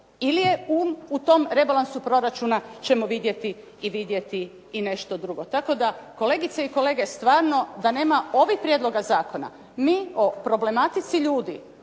ili je um u tom rebalansu proračuna ćemo vidjeti i nešto drugo. Tako da kolegice i kolege, stvarno da nema ovih prijedloga zakona mi o problematici ljudi